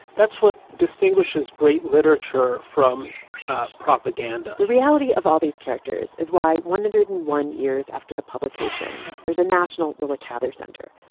that's what distinguishes great literature from ah propaganda the reality of all these characters is why one hundred and one years after the publication, there's a national willa cather center.